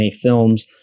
films